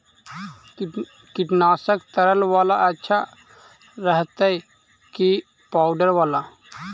कीटनाशक तरल बाला अच्छा रहतै कि पाउडर बाला?